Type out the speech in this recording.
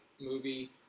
movie